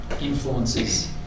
influences